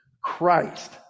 Christ